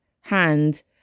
hand